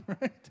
Right